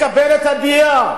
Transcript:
לקבל את הדעה,